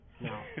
No